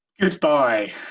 Goodbye